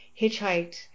hitchhiked